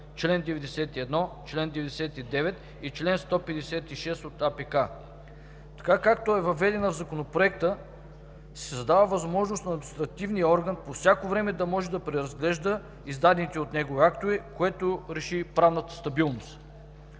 чл. 91, чл. 99 и чл. 156 от АПК. Така както е въведена в Законопроекта, се дава възможност на административния орган по всяко време да може да преразглежда издадените от него актове, което руши правната стабилност.